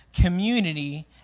community